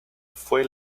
fue